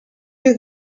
you